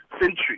century